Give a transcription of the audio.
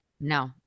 no